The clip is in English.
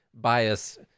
bias